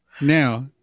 Now